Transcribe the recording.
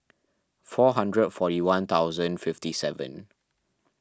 four hundred forty one thousand fifty seven